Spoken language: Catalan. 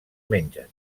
mengen